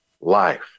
life